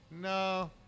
No